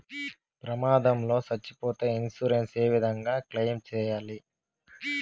ప్రమాదం లో సచ్చిపోతే ఇన్సూరెన్సు ఏ విధంగా క్లెయిమ్ సేయాలి?